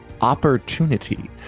opportunity